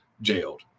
jailed